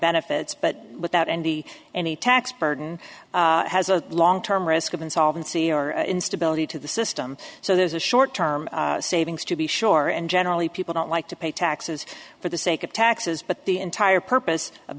benefits but without n d any tax burden has a long term risk of insolvency or instability to the system so there's a short term savings to be sure and generally people don't like to pay taxes for the sake of taxes but the entire purpose of